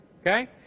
Okay